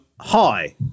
hi